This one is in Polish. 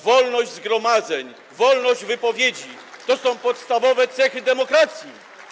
Wolność zgromadzeń, wolność wypowiedzi to są podstawowe cechy demokracji.